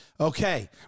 Okay